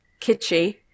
kitschy